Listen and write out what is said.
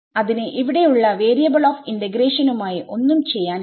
അതിന് ഇവിടെയുള്ള variable of ഇന്റെഗ്രേഷനുമായി ഒന്നും ചെയ്യാനില്ല